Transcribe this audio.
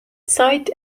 side